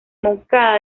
moncada